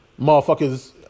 motherfuckers